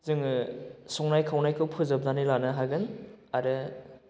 जोङो संनाय खावनायखौ फोजोबनानै लानो हागोन आरो